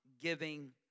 giving